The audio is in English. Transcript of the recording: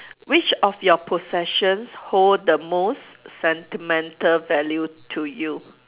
which of your possessions hold the most sentimental value to you